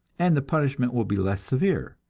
and the punishment will be less severe.